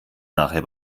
nachher